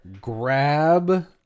grab